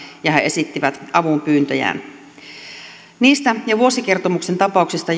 ja he esittivät avunpyyntöjään johtuen niistä ja vuosikertomuksen tapauksista